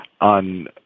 on